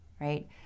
right